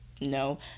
no